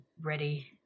ready